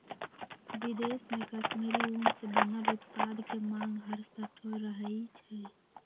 विदेश में कश्मीरी ऊन से बनल उत्पाद के मांग हरसठ्ठो रहइ छै